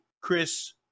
Chris